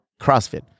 crossfit